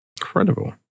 incredible